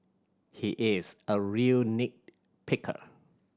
he is a real nit picker